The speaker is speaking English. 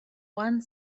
one